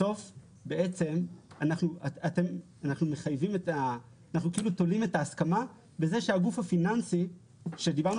בסוף בעצם אנחנו כאילו תולים את ההסכמה בכך שהגוף הפיננסי שדיברנו